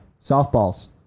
softballs